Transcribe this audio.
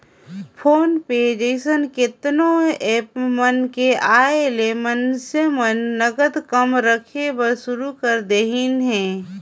phone पे जइसन केतनो app मन के आयले मइनसे मन नगद कम रखे बर सुरू कर देहिन हे